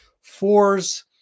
Fours